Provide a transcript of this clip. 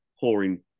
pouring